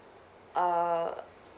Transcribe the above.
err